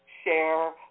share